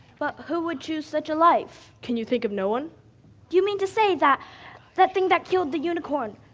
but who would choose such a life? can you think of no one? do you mean to say that that thing that killed the unicorn,